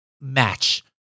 match